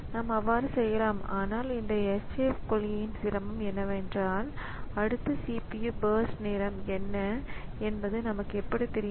நாம் அவ்வாறு செய்யலாம் ஆனால் இந்த SJF கொள்கையின் சிரமம் என்னவென்றால் அடுத்த CPU பர்ஸ்ட் நேரம் என்ன என்பது நமக்கு எப்படித் தெரியும்